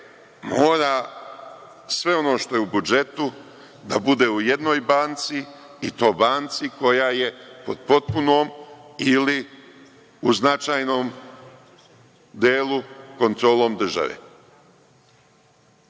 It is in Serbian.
mora sve ono što je u budžetu bude u jednoj banci i to banci koja je pod potpunom ili u značajnom delu, kontrolom države.